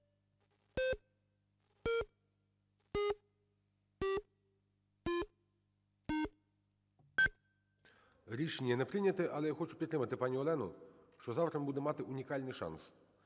Рішення не прийнято. Але я хочу підтримати пані Олену, що завтра ми будемо мати унікальний шанс,